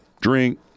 drink